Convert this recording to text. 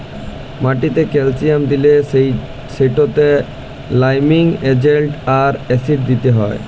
মাটিতে ক্যালসিয়াম দিলে সেটতে লাইমিং এজেল্ট আর অ্যাসিড দিতে হ্যয়